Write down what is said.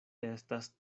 estas